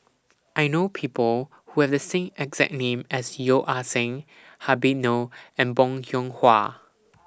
I know People Who Have The same exact name as Yeo Ah Seng Habib Noh and Bong Hiong Hwa